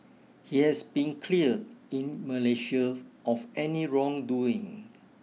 he has been cleared in Malaysia of any wrongdoing